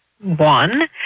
One